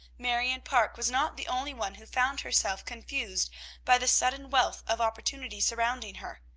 marion parke was not the only one who found herself confused by the sudden wealth of opportunity surrounding her.